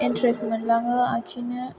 interest मोनलाङो आखिनो